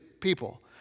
people